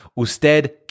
usted